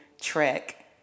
trek